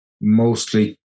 mostly